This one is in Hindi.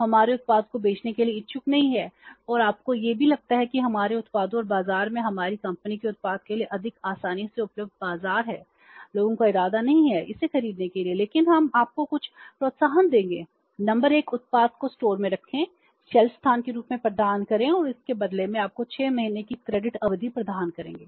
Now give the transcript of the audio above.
हमारे उत्पाद को बेचने के लिए इच्छुक नहीं हैं और आपको यह भी लगता है कि हमारे उत्पादों और बाजार में हमारी कंपनी के उत्पाद के लिए अधिक आसानी से उपलब्ध बाजार है लोगों का इरादा नहीं है इसे खरीदने के लिए लेकिन हम आपको कुछ प्रोत्साहन देंगे नंबर 1 उत्पाद को स्टोर में रखें शेल्फ स्थान के रूप में प्रदान करें और इसके बदले में आपको 6 महीने की क्रेडिट अवधि प्रदान करेगा